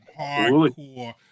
hardcore